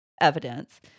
evidence